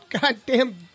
goddamn